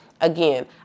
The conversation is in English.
again